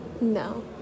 No